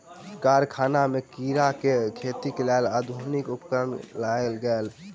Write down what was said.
कारखाना में कीड़ा के खेतीक लेल आधुनिक उपकरण लगायल गेल